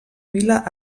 vila